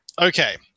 Okay